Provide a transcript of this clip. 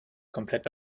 komplett